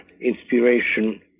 inspiration